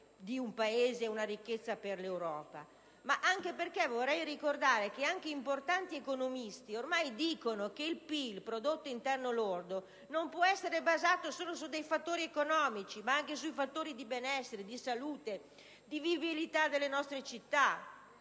di un Paese e una ricchezza per l'Europa, ma anche perché, vorrei ricordarlo, importanti economisti ormai sostengono che il prodotto interno lordo non può essere basato solo su fattori economici ma deve riguardare anche fattori di benessere, di salute e di vivibilità delle nostre città.